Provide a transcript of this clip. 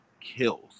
kills